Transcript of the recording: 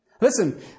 listen